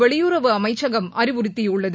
வெளியுறவு அமைச்சகம் அறிவுறுத்தியுள்ளது